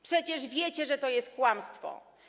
Przecież wiecie, że to jest kłamstwo.